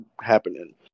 happening